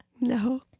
No